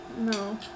No